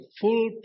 full